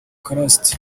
christ